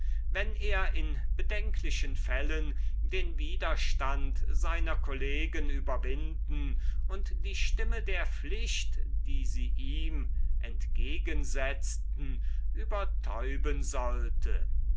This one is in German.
wenn er in bedenklichen fällen den widerstand seiner kollegen überwinden und die stimme der pflicht die sie ihm entgegensetzten übertäuben sollte